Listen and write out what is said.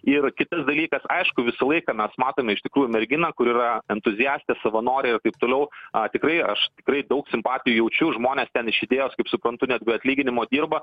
ir kitas dalykas aišku visą laiką mes matome iš tikrųjų merginą kuri yra entuziastė savanorė ir taip toliau a tikrai aš tikrai daug simpatijų jaučiu žmonės ten iš idėjos kaip suprantu net be atlyginimo dirba